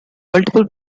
multiple